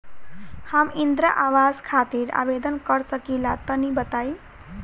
हम इंद्रा आवास खातिर आवेदन कर सकिला तनि बताई?